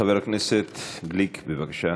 חבר הכנסת גליק, בבקשה.